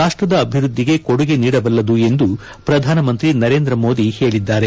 ರಾಷ್ಟದ ಅಭಿವೃದ್ಧಿಗೆ ಕೊಡುಗೆ ನೀಡಬಲ್ಲದು ಎಂದು ಪ್ರಧಾನಮಂತ್ರಿ ನರೇಂದ್ರ ಮೋದಿ ಹೇಳಿದ್ದಾರೆ